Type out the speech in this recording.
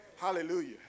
Hallelujah